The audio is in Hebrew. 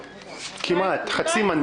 כמעט.